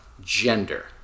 gender